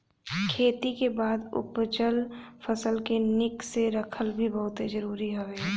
खेती के बाद उपजल फसल के निक से रखल भी बहुते जरुरी हवे